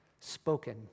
spoken